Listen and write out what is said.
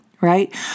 right